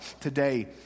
today